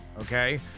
okay